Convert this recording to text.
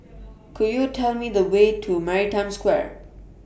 Could YOU Tell Me The Way to Maritime Square